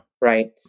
Right